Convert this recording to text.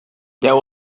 there